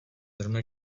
zrovna